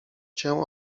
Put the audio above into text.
cię